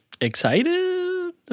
excited